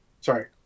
Sorry